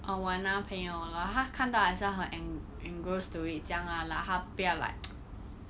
orh 我男朋友 lor 他看到好像很 en~ engross to it 这样 lah like 他不要 like